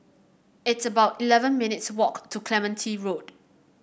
it's about eleven minutes' walk to Clementi Road